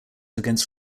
against